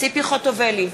ציפי חוטובלי,